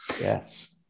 Yes